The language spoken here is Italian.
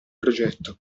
progetto